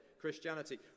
Christianity